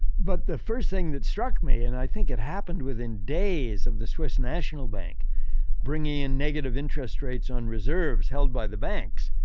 but the first thing that struck me, and i think it happened within days of the swiss national bank bringing in negative interest rates on reserves held by the banks,